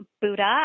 Buddha